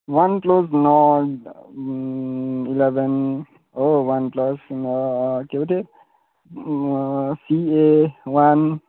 one plus not eleven हो one प्लसमा K R C A one